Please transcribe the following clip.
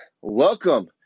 welcome